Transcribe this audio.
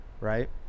Right